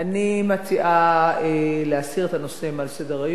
אני מציעה להסיר את הנושא המוצע מעל סדר-היום.